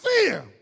fear